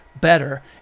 better